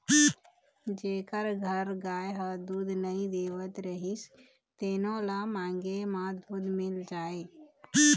जेखर घर गाय ह दूद नइ देवत रहिस तेनो ल मांगे म दूद मिल जाए